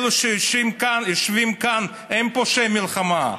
אלה שיושבים כאן הם פושעי מלחמה.